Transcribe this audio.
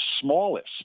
smallest